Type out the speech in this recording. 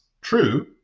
true